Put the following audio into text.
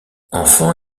enfant